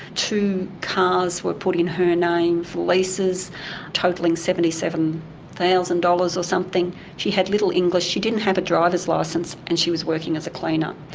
two cars were put in her name for leases totalling seventy seven thousand dollars or something. she had little english, she didn't have a driver's licence and she was working as a cleaner.